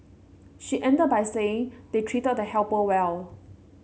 she ended by saying they treated the helper well